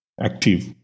active